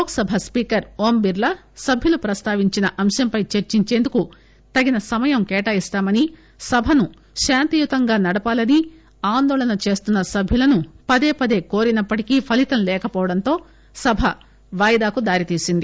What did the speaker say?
Lok Sabha speaker Om Birla సభ్యులు ప్రస్తావించిన అంశంపై చర్చించేందుకు తగిన సమయం కేటాయిస్తామని సభను శాంతియుతంగా నడపాలని ఆందోళన చేస్తున్న సభ్యులను పదే పదే కోరినప్పటికీ ఫలితం లేకపోవడంతో సభ వాయిదాకు దారీ తీసింది